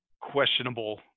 questionable